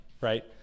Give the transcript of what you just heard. right